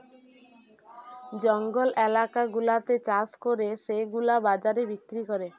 জঙ্গল এলাকা গুলাতে চাষ করে সেগুলা বাজারে বিক্রি করে